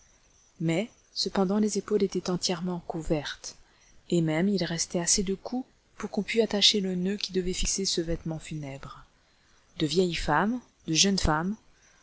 mais cependant les épaules étaient entièrement couvertes et même il restait assez de cou pour qu'on pût attacher le noeud qui devait fixer ce vêtement funèbre de vieilles femmes de jeunes femmes